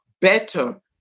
better